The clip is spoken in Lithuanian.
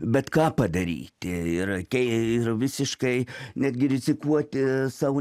bet ką padaryti ir kei ir visiškai netgi rizikuoti savo